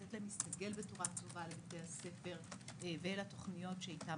לתת להם להסתגל לבתי הספר ולתכניות שאיתן